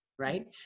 Right